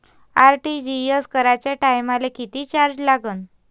RTGS कराच्या टायमाले किती चार्ज लागन?